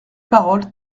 parole